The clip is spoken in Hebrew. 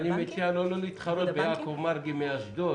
אני רואה את פילוח סניפי הבנקים שנסגרו בין 2010 ל-2019: